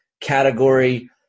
category